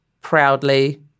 proudly